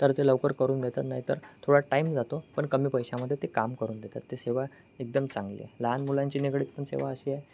तर ते लवकर करून देतात नाहीतर थोडा टाईम जातो पण कमी पैशामध्ये ते काम करून देतात ते सेवा एकदम चांगली आहे लहान मुलांची निगडीत पण सेवा अशी आहे